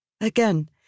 Again